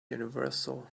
universal